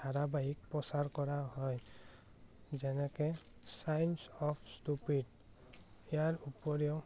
ধাৰাবাহিক প্ৰচাৰ কৰা হয় যেনেকৈ ছায়েন্স অৱ ষ্টুপিড ইয়াৰ উপৰিও